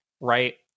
right